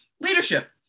leadership